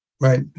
Right